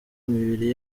imibiri